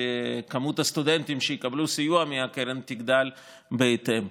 היא שמספר הסטודנטים שיקבלו סיוע מהקרן תגדל בהתאם.